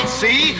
see